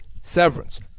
severance